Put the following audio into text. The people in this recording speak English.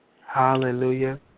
hallelujah